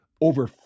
over